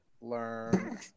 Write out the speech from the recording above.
learn